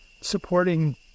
supporting